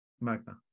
Magna